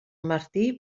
martí